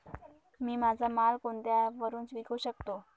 मी माझा माल कोणत्या ॲप वरुन विकू शकतो?